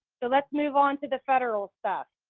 so let's move on to the federal stuff.